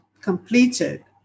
completed